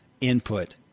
input